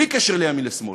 בלי קשר לימין ולשמאל,